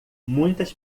muitas